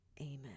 Amen